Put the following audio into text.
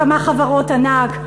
כמה חברות ענק.